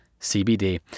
CBD